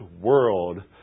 world